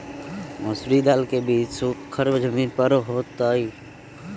मसूरी दाल के बीज सुखर जमीन पर होतई?